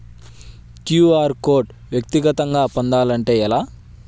QR code వ్యక్తిగతంగా పొందాలంటే ఎలా?